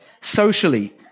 Socially